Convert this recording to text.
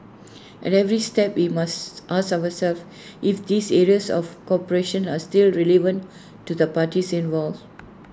at every step we must ask ourselves if this areas of cooperation are still relevant to the parties involved